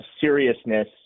seriousness